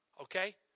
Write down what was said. Okay